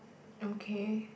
okay